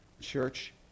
church